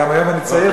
גם היום אני צעיר?